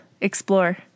explore